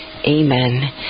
Amen